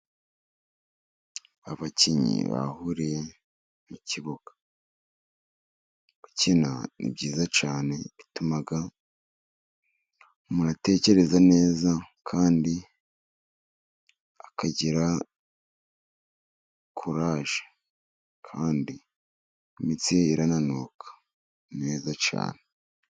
Abakinnyi bahuriye mu kibuga. Gukina ni byiza cyane, bituma umuntu atekereza neza, kandi akagira kuraje. Kandi imitsi ye irananuka neza cyane.